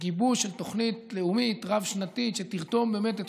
גיבוש של תוכנית לאומית רב-שנתית שתרתום באמת את